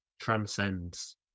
transcends